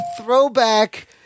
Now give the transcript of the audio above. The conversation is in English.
throwback